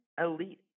elite